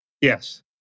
Yes